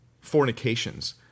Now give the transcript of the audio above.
fornications